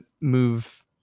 move